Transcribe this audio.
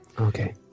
Okay